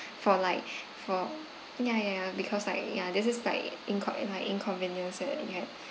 for like for ya ya ya because like ya this is like inco~ like inconvenience that you had